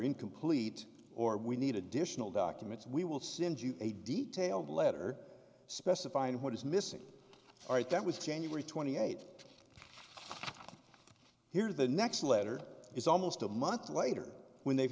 incomplete or we need additional documents we will send you a detailed letter specifying what is missing right that was january twenty eighth here the next letter is almost a month later when they've